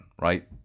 right